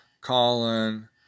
colin